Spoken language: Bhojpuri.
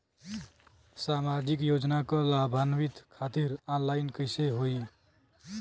सामाजिक योजना क लाभान्वित खातिर ऑनलाइन कईसे होई?